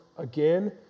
again